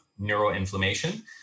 neuroinflammation